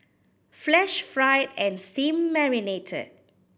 flash fried and steam marinated